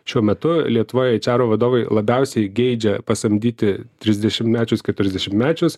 šiuo metu lietuvoj eičaro vadovai labiausiai geidžia pasamdyti trisdešimtmečius keturiasdešimtmečius